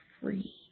free